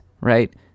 right